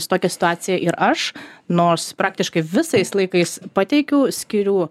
su tokia situacija ir aš nors praktiškai visais laikais pateikiau skiriu